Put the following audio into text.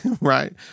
right